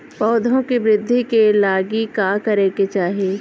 पौधों की वृद्धि के लागी का करे के चाहीं?